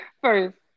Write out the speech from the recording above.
first